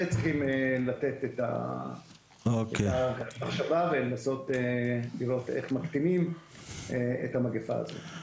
צריך לחשוב על זה ולראות איך מקטינים את המגיפה הזאת.